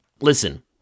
Listen